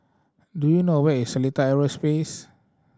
do you know where is Seletar Aerospace